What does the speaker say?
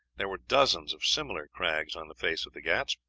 there were dozens of similar crags on the face of the ghauts,